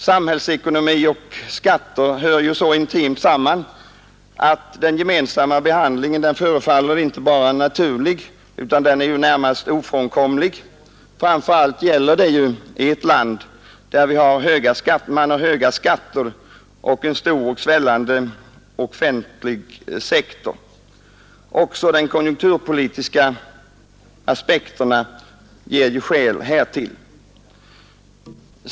Samhällsekonomi och skatter hör så intimt samman att den gemensamma behandlingen förefaller inte bara naturlig utan närmast ofrånkomlig. Framför allt gäller detta i ett land med höga skatter och en stor och svällande offentlig sektor. Också de konjunkturpolitiska aspekterna ger skäl härtill.